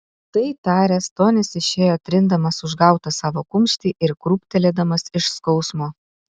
tai taręs tonis išėjo trindamas užgautą savo kumštį ir krūptelėdamas iš skausmo